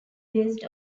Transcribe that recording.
based